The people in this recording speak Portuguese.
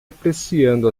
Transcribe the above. apreciando